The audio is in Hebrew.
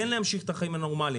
כן להמשיך את החיים הנורמליים,